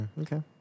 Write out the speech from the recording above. okay